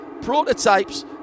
prototypes